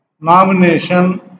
nomination